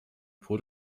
pół